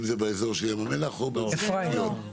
אני נציגה של אזרחים למען אוויר נקי.